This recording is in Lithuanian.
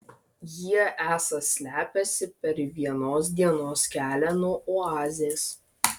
jie esą slepiasi per vienos dienos kelią nuo oazės